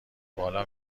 بالا